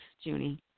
Junie